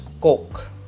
Coke